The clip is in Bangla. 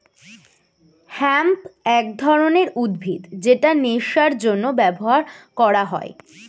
হেম্প এক ধরনের উদ্ভিদ যেটা নেশার জন্য ব্যবহার করা হয়